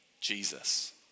Jesus